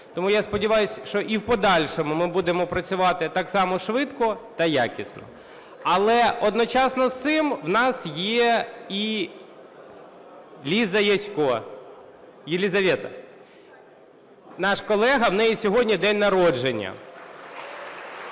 Тому я сподіваюсь, що і в подальшому ми будемо працювати так само швидко та якісно. Але одночасно з цим в нас є і Ліза Ясько. Єлизавета! Наш колега, в неї сьогодні день народження.